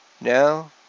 Now